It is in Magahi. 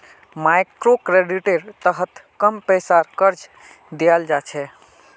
मइक्रोक्रेडिटेर तहत कम पैसार कर्ज दियाल जा छे